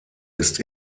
ist